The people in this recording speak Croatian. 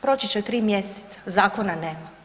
Proći će 3 mjeseca, zakona nema.